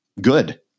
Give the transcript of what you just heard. good